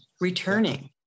returning